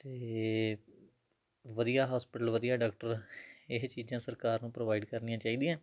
ਅਤੇ ਵਧੀਆ ਹੋਸਪਿਟਲ ਵਧੀਆ ਡਾਕਟਰ ਇਹ ਚੀਜ਼ਾਂ ਸਰਕਾਰ ਨੂੰ ਪ੍ਰੋਵਾਈਡ ਕਰਨੀਆਂ ਚਾਹੀਦੀਆਂ